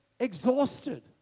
exhausted